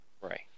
Right